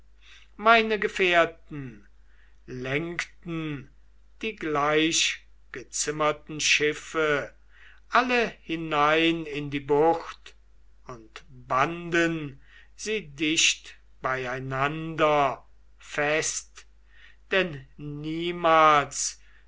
meine gefährten lenkten die gleichgezimmerten schiffe alle hinein in die bucht und banden sie dicht beieinander fest denn niemals